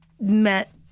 met